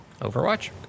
Overwatch